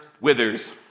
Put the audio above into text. withers